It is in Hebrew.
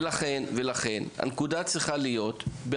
ולכן,